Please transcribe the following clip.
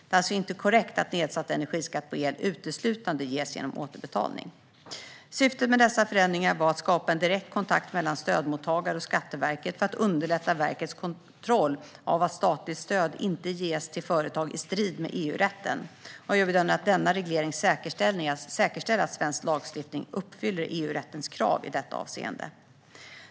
Det är alltså inte korrekt att nedsatt energiskatt på el uteslutande ges genom återbetalning. Syftet med dessa förändringar var att skapa en direkt kontakt mellan stödmottagare och Skatteverket för att underlätta verkets kontroll av att statligt stöd inte ges till företag i strid med EU-rätten. Jag bedömer att denna reglering säkerställer att svensk lagstiftning uppfyller EU-rättens krav i detta avseende.